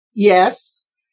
Yes